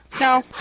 No